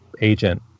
agent